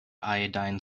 iodine